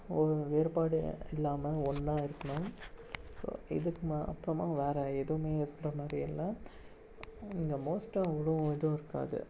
ஒரு வேறுபாடு இல்லாமல் ஒன்றா இருக்கணும் ஸோ இதுக்கு மா அப்புறமா வேறு எதுவுமே சொல்கிற மாதிரி இல்லை இங்கே மோஸ்ட்டாக இவ்வளோ இதுவும் இருக்காது